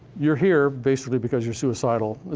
you're here basically because you're suicidal.